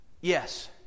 Yes